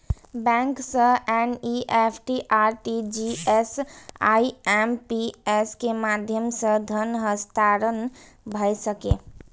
bank सं NEFT, RTGS, IMPS के माध्यम सं धन हस्तांतरण भए सकैए